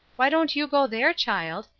why don't you go there, child?